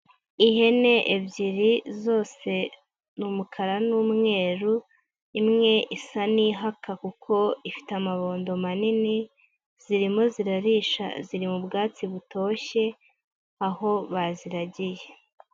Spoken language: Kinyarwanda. Ihene ebyiri zose ni umukara n'umweru, imwe isa n'ihaka kuko ifite amabondo manini, zirimo zirarisha ziri mu bwatsi butoshye aho baziragiye.